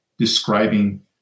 Describing